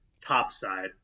topside